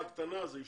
אז זה ישתנה.